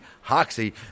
Hoxie